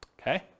okay